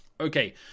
Okay